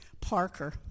Parker